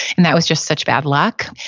and that was just such bad luck.